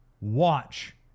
Watch